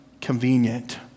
convenient